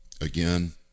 again